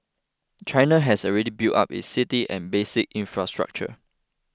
China has already built up its cities and basic infrastructure